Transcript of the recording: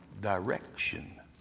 direction